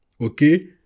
Okay